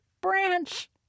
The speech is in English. branch